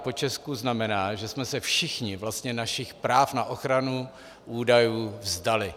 GDPR počesku znamená, že jsme se všichni vlastně našich práv na ochranu údajů vzdali.